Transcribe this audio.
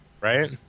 right